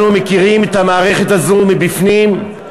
אנחנו מכירים את המערכת הזו מבפנים,